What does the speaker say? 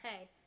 hey